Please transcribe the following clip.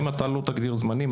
אם לא תגדיר להם זמנים,